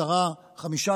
10 מיליארד,